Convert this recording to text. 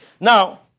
Now